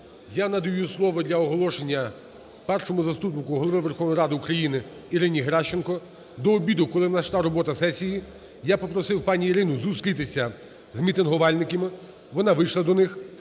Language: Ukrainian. я надаю слово для оголошення Першому заступнику Голови Верховної Ради України Ірині Геращенко. До обіду, коли у нас йшла робота сесії, я попросив пані Ірину зустрітися з мітингувальниками. Вона вийшла до них,